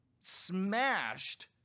smashed